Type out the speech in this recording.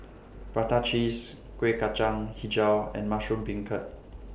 Prata Cheese Kueh Kacang Hijau and Mushroom Beancurd